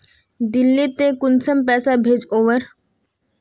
दिल्ली त कुंसम पैसा भेज ओवर?